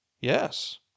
Yes